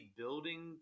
building